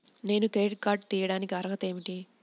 నేను credit card తీయడానికి అర్హత ఏమిటి?